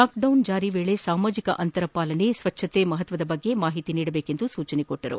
lockdown ಜಾರಿ ವೇಳೆ ಸಾಮಾಜಿಕ ಅಂತರ ಪಾಲನೆ ಸ್ವಚ್ವತೆಯ ಮಹತ್ವದ ಬಗ್ಗೆ ಮಾಹಿತಿ ಹೆಚ್ಚಿಸುವಂತೆ ಸೂಚಿಸಿದರು